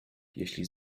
jeśli